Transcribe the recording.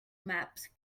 maps